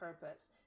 purpose